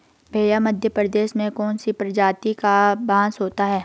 भैया मध्य प्रदेश में कौन सी प्रजाति का बांस होता है?